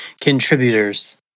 Contributors